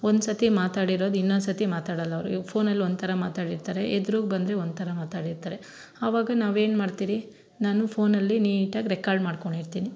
ಒಂದ್ಸತಿ ಮಾತಾಡಿರೋದು ಇನ್ನೊಂದ್ಸತಿ ಮಾತಾಡಲ್ಲ ಅವರು ಇವಾಗ ಫೋನಲ್ಲಿ ಒಂಥರ ಮಾತಾಡಿರ್ತಾರೆ ಎದ್ರಿಗ್ ಬಂದರೆ ಒಂಥರ ಮಾತಾಡಿರ್ತಾರೆ ಅವಾಗ ನಾವು ಏನ್ಮಾಡ್ತಿರಿ ನಾನು ಫೋನಲ್ಲಿ ನೀಟಾಗಿ ರೆಕಾರ್ಡ್ ಮಾಡ್ಕೊಂಡಿರ್ತಿನಿ